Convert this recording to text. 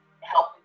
help